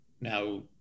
Now